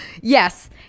Yes